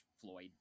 Floyd